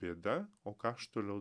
bėda o ką aš toliau